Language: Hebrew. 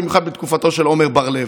במיוחד בתקופה של עמר בר לב.